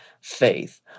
faith